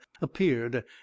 Appeared